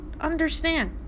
understand